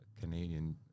Canadian